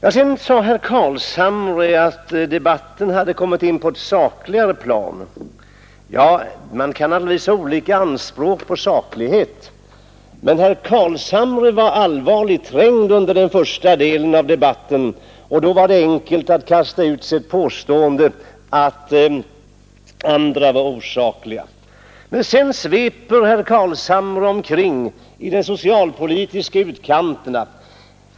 Herr Carlshamre sade att debatten hade kommit in på ett sakligare plan. Man kan naturligtvis ha olika anspråk på saklighet; herr Carlshamre var allvarligt trängd under den första delen av debatten, och då var det enkelt att kasta ut ett påstående att andra var osakliga. Men sedan sveper herr Carlshamre omkring i de socialpolitiska utkanterna.